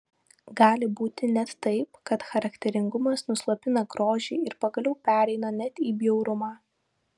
gali būti net taip kad charakteringumas nuslopina grožį ir pagaliau pereina net į bjaurumą